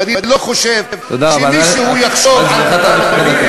ואני לא חושב שמישהו יחשוב, תודה רבה.